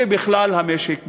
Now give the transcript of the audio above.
ובכלל המשק בישראל.